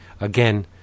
again